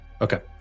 Okay